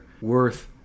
worth